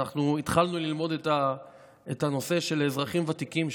ואנחנו התחלנו ללמוד את הנושא של אזרחים ותיקים,